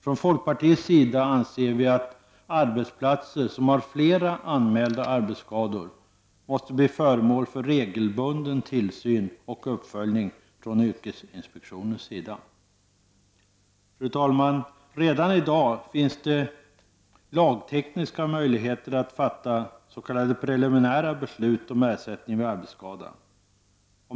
Vi i folkpartiet anser att arbetsplatser som har flera anmälda arbetsskador regelbundet måste bli föremål för tillsyn och uppföljning från yrkesinspektionens sida. Fru talman! Redan i dag finns det lagtekniska möjligheter att fatta s.k. preliminära beslut om ersättning vid arbetsskada.